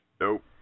Nope